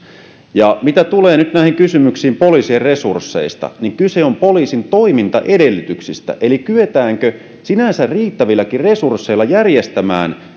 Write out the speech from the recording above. ja mitä tulee nyt näihin kysymyksiin poliisien resursseista niin kyse on poliisin toimintaedellytyksistä eli siitä kyetäänkö sinänsä riittävilläkin resursseilla järjestämään